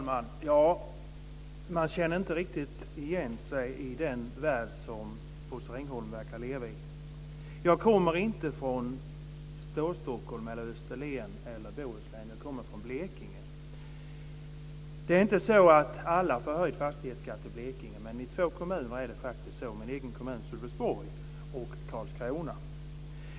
Fru talman! Man känner inte riktigt igen sig i den värld som Bosse Ringholm verkar leva i. Jag kommer inte från Storstockholm, Österlen eller Bohuslän. Jag kommer från Blekinge. Det är inte så att alla får höjd fastighetsskatt i Blekinge. Men i två kommuner är det faktiskt så, i min egen kommun Sölvesborg och i Karlskrona.